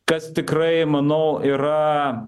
kas tikrai manau yra